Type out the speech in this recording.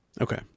Okay